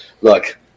look